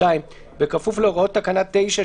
בכפוף להוראות תקנה 9,